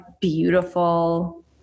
beautiful